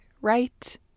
right